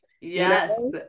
Yes